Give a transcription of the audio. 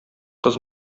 кыз